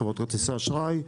חברות כרטיסי אשראי,